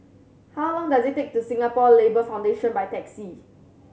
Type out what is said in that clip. how long does it take to Singapore Labour Foundation by taxi